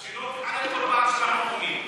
אז שלא תתערב כל פעם שאנחנו נואמים.